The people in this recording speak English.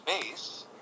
base